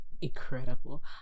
Incredible